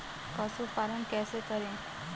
पशुपालन कैसे करें?